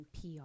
PR